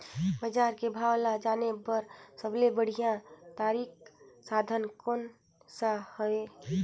बजार के भाव ला जाने बार सबले बढ़िया तारिक साधन कोन सा हवय?